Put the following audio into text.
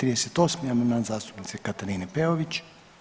38. amandman zastupnice Katarine Peović.